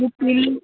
मिलु